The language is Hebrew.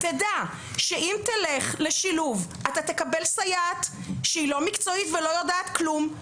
תדע שאם תלך לשילוב אתה תקבל סייעת שהיא לא מקצועית ולא יודעת כלום,